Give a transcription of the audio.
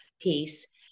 piece